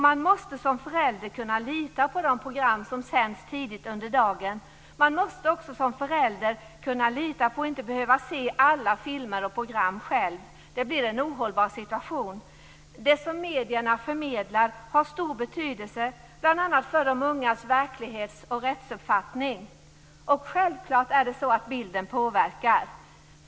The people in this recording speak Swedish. Man måste som förälder kunna lita på de program som sänds tidigt under dagen. Man måste också som förälder kunna lita på och inte behöva se alla filmer och program själv. Det blir en ohållbar situation. Det som medierna förmedlar har stor betydelse, bl.a. för de ungas verklighets och rättsuppfattning. Självfallet är det så att bilden påverkar.